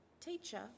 Teacher